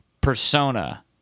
persona